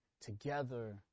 together